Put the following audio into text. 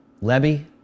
Levy